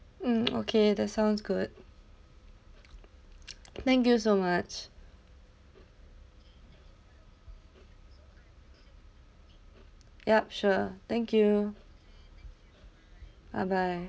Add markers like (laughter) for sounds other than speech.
mm okay that sounds good (noise) thank you so much ya sure thank you bye bye